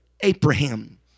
Abraham